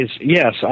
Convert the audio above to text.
yes